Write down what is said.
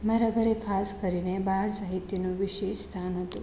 મારા ઘરે ખાસ કરીને બાળ સાહિત્યનું વિશેષ સ્થાન હતું